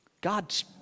God's